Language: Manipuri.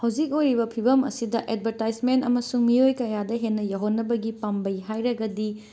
ꯍꯧꯖꯤꯛ ꯑꯣꯏꯔꯤꯕ ꯐꯤꯕꯝ ꯑꯁꯤꯗ ꯑꯦꯠꯕꯔꯇꯥꯏꯖꯃꯦꯟꯠ ꯑꯃꯁꯨꯡ ꯃꯤꯌꯣꯏ ꯀꯌꯥꯗ ꯍꯦꯟꯅ ꯌꯧꯍꯟꯅꯕꯒꯤ ꯄꯥꯝꯕꯩ ꯍꯥꯏꯔꯒꯗꯤ